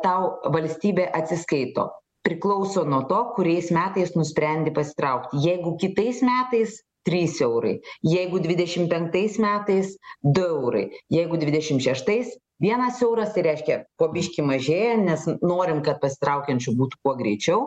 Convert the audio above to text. tau valstybė atsiskaito priklauso nuo to kuriais metais nusprendi pasitraukti jeigu kitais metais trys eurai jeigu dvidešim penktais metais du eurai jeigu dvidešim šeštais vienas euras tai reiškia po biškį mažėja nes norim kad pasitraukiančių būtų kuo greičiau